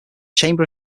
chamber